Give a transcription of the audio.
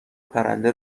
پرنده